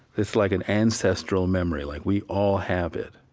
it's like an ancestral memory, like, we all have it,